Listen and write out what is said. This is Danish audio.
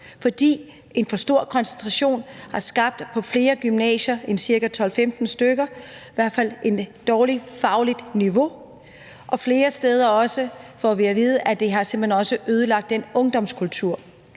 at en for stor koncentration på flere gymnasier, i hvert fald på 12-15 stykker, har skabt et dårligt fagligt niveau, og flere steder får vi også at vide, at det simpelt hen også har ødelagt ungdomskulturen.